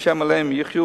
ה' עליהם יחיו,